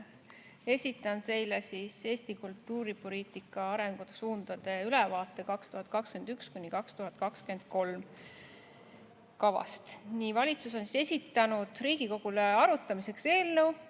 Esitan teile Eesti kultuuripoliitika arengusuundade ülevaate 2021–2023 kavast. Valitsus on esitanud Riigikogule arutamiseks kava,